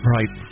Right